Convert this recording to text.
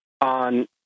on